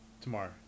tomorrow